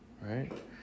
right